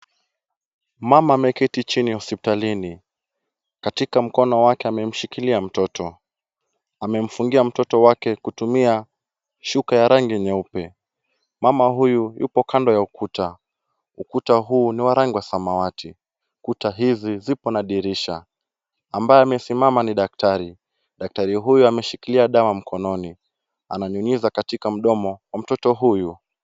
Mama ameketi chini ya hospitalini, katika mkono wake amemshikilia mtoto. Amemfungia mtoto wake kutumia shuka ya rangi nyeupe. Mama huyu yupo kando ya ukuta ukuta huu ni wa rangi wa samawati kuta hivi zipo na dirisha. Ambaye amesimama ni daktari, daktari huyu ameshikilia dawa mkononi. Ananyunyiza katika mdomo wa mtoto huyu.